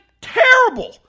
terrible